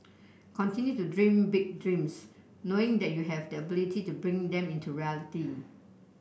continue to dream big dreams knowing that you have the ability to bring them into reality